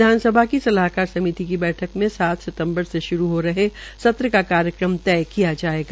विधानसभा की सलाहकार समिति की बैठक में सात सितम्बर से शुरू हो रहे सत्र का कार्यक्रम तय किया जायेगा